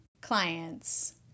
clients